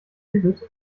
inhibit